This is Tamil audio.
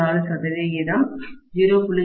04 சதவிகிதம் 0